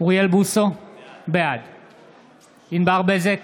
אוריאל בוסו, בעד ענבר בזק,